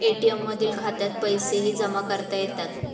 ATM मधील खात्यात पैसेही जमा करता येतात